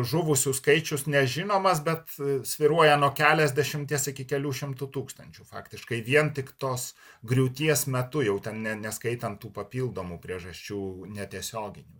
žuvusių skaičius nežinomas bet svyruoja nuo keliasdešimties iki kelių šimtų tūkstančių faktiškai vien tik tos griūties metu jau ne ne skaitant tų papildomų priežasčių netiesioginių